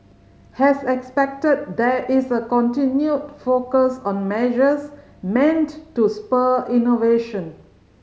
as expected there is a continued focus on measures meant to spur innovation